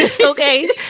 Okay